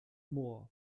moor